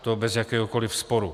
To bez jakéhokoliv sporu.